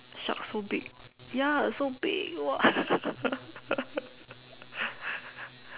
shark so big ya so big !wah!